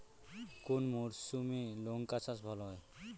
কোন মরশুমে লঙ্কা চাষ ভালো হয়?